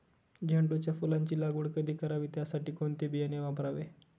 झेंडूच्या फुलांची लागवड कधी करावी? त्यासाठी कोणते बियाणे वापरावे?